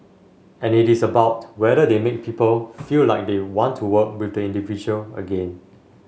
and it is about whether they make people feel like they want to work with the individual again